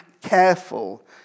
careful